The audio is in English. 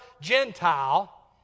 Gentile